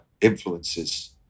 influences